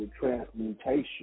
transmutation